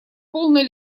полной